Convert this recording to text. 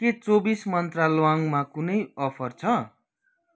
के चौबिस मन्त्र ल्वाङमा कुनै अफर छ